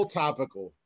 topical